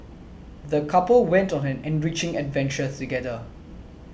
the couple went on an enriching adventure together